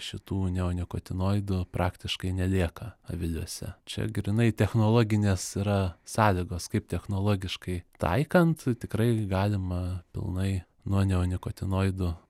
šitų neonikatinoidų praktiškai nelieka aviliuose čia grynai technologinės yra sąlygos kaip technologiškai taikant tikrai galima pilnai nuo neonikotinoidų